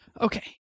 Okay